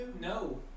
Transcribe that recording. No